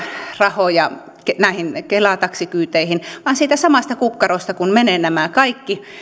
rahoja näihin kela taksikyyteihin vaan kun siitä samasta kukkarosta menevät nämä kaikki